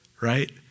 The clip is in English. Right